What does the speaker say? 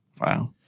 Wow